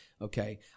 Okay